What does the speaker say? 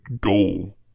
goal